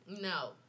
No